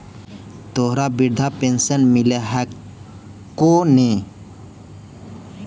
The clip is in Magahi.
तोहरा वृद्धा पेंशन मिलहको ने?